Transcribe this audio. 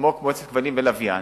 וכמו מועצת הכבלים והלוויין,